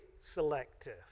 selective